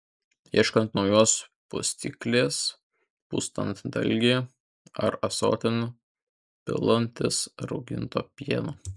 ieškant naujos pustyklės pustant dalgį ar ąsotin pilantis rauginto pieno